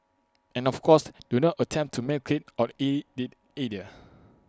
and of course do not attempt to milk IT or eat IT